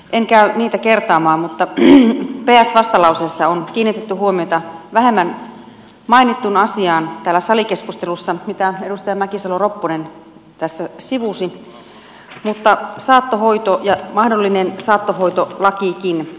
en käy niitä kertaamaan mutta ps vastalauseessa on kiinnitetty huomiota vähemmän mainittuun asiaan täällä salikeskustelussa mitä edustaja mäkisalo ropponen tässä sivusi saattohoito ja mahdollinen saattohoitolakikin